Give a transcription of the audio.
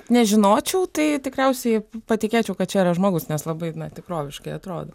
nežinočiau tai tikriausiai patikėčiau kad čia yra žmogus nes labai na tikroviškai atrodo